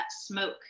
smoke